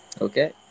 Okay